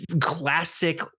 classic